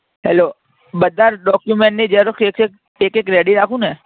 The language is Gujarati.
હાલ્લો બધાં ડૉક્યુમૅન્ટની ઝેરોક્ષ એક એક એક એક રૅડી રાખું ને